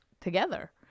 together